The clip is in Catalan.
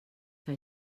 que